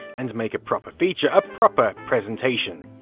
and make a proper feature, a proper presentation.